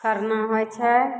खरना होइ छै